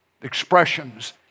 expressions